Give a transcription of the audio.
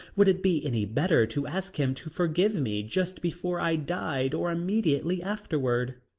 would it be any better to ask him to forgive me just before i died or immediately afterward?